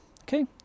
Okay